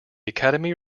academy